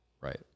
Right